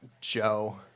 Joe